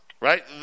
right